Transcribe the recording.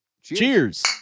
cheers